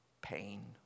pain